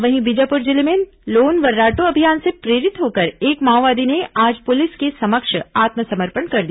वहीं बीजापुर जिले में लोन वर्राटू अभियान से प्रेरित होकर एक माओवादी ने आज पुलिस के समक्ष आत्मसमर्पण कर दिया